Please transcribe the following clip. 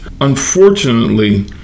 unfortunately